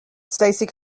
stacey